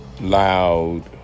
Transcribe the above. loud